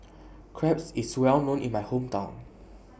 Crepe IS Well known in My Hometown